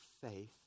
faith